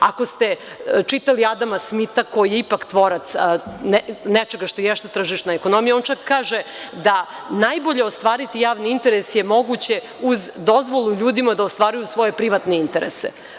Ako ste čitali Adama Smita koji je ipak tvorac nečega što je jeste tržišna ekonomija, on čak kaže da je najbolje ostvariti javni interes moguće je uz dozvolu ljudima da ostvaruju svoje privatne interese.